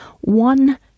one